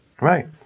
Right